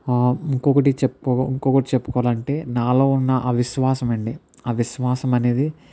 ఇంకొకటి చెప్పు ఇంకొకటి చెప్పుకోవాలి అంటే నాలో ఉన్న అవిశ్వాసం అండి అవిశ్వాసము అనేది